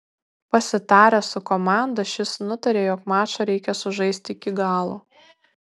pasitaręs su komanda šis nutarė jog mačą reikia sužaisti iki galo